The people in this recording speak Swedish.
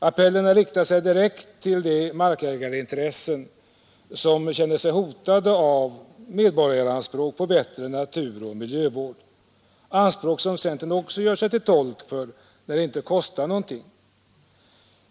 Appellerna riktar sig direkt till de markägarintressen som känner sig hotade av medborgaranspråk på bättre naturoch miljövård — anspråk som centern också gör sig till tolk för när det inte kostar någonting.